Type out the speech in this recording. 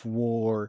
war